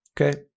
Okay